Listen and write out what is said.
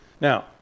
Now